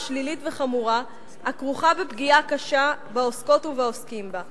שלילית וחמורה הכרוכה בפגיעה קשה בעוסקות ובעוסקים בה,